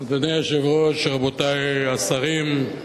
אדוני היושב-ראש, רבותי השרים,